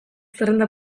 zerrenda